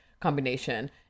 combination